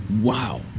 wow